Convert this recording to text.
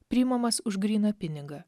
priimamas už gryną pinigą